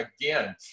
again